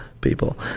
people